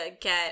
get